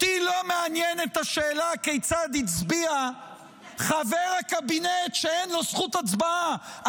אותי לא מעניינת השאלה כיצד הצביע חבר הקבינט שאין לו זכות הצבעה,